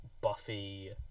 Buffy